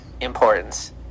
importance